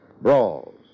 Brawls